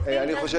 בסדר.